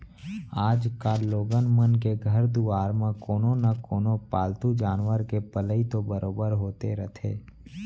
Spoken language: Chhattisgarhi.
आजकाल लोगन मन के घर दुवार म कोनो न कोनो पालतू जानवर के पलई तो बरोबर होते रथे